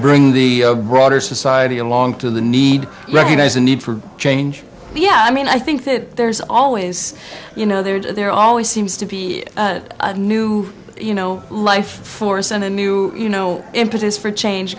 bring the broader society along to the need to recognize the need for change yeah i mean i think that there's always you know there's there always seems to be a new you know life force and a new you know impetus for change